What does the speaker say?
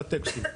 בטקסטים.